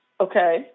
Okay